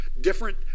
different